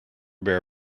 bear